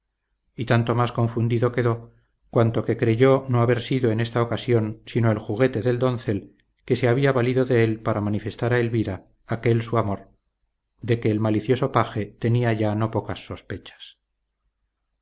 y tanto más confundido quedó cuanto que creyó no haber sido en esta ocasión sino el juguete del doncel que se había valido de él para manifestar a elvira aquel su amor de que el malicioso paje tenía ya no pocas sospechas